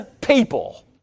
people